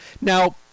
Now